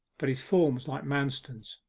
but his form was like manston's.